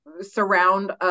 surround